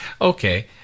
Okay